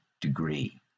degree